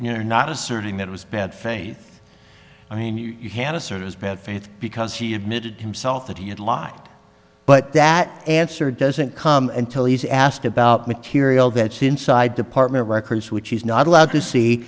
you're not asserting that it was bad faith i mean you can assert as bad faith because he admitted himself that he had lived but that answer doesn't come until he's asked about material that's inside department records which he's not allowed to see